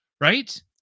right